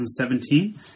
2017